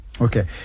Okay